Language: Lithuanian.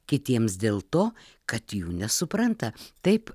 kitiems dėl to kad jų nesupranta taip